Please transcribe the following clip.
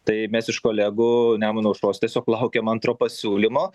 tai mes iš kolegų nemuno aušros tiesiog laukiam antro pasiūlymo